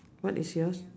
what is yours